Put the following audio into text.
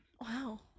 Wow